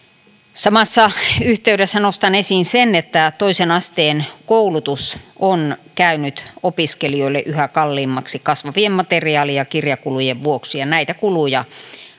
samassa yhteydessä nostan esiin sen että toisen asteen koulutus on käynyt opiskelijoille yhä kalliimmaksi kasvavien materiaali ja kirjakulujen vuoksi ja näitä kuluja